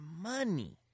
money